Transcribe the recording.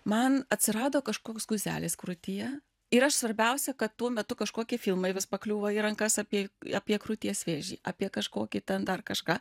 man atsirado kažkoks guzelis krūtyje ir aš svarbiausia kad tuo metu kažkokie filmai vis pakliūva į rankas apie apie krūties vėžį apie kažkokį ten dar kažką